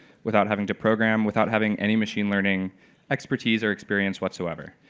without having to program, without having any machine learning expertise or experience whatsoever.